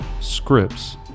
scripts